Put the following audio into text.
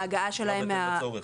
ההגעה שלהם --- נקבע בהתאם לצורך.